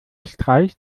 streicht